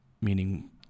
meaning